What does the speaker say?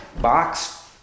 box